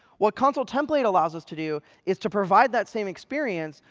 what consul template allows us to do is to provide that same experience,